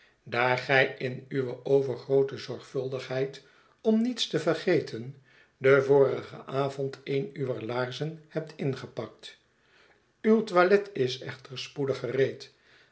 daar gij in uwe overgroote zorgvuldigheid om niets te vergeten den vorigen avond een uwer laarzen hebt ingepakt uw toilet is echter spoedig gereed